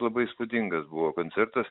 labai įspūdingas buvo koncertas